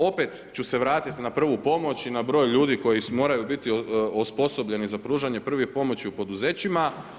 Drugo, opet ću se vratit na prvu pomoć i na broj ljudi koji moraju biti osposobljeni za pružanje prve pomoći u poduzećima.